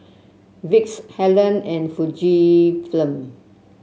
Vicks Helen and Fujifilm